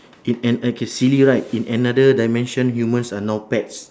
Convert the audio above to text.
in an~ okay silly right in another dimension humans are now pets